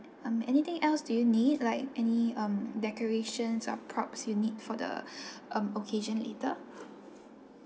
um anything else do you need like any um decorations or props you need for the um occasion later